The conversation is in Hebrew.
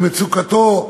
במצוקתו,